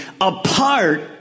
apart